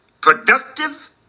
Productive